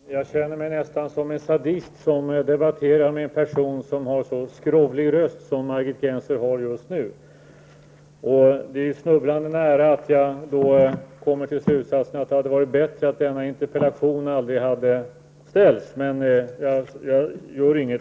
Herr talman! Jag känner mig nästan som en sadist som debatterar med en person som har en så skrovlig röst som Margit Gennser just nu har. Det är snubblande nära att jag kommer till slutsatsen att det hade varit bättre att denna interpellation aldrig hade framställts. Men jag gör inget